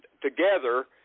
together